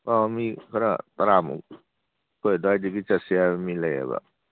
ꯑꯣ ꯃꯤ ꯈꯔ ꯇꯔꯥꯃꯨꯛ ꯑꯩꯈꯣꯏ ꯑꯗ꯭ꯋꯥꯏꯗꯒꯤ ꯆꯠꯁꯦ ꯍꯥꯏꯕ ꯃꯤ ꯂꯩꯌꯦꯕ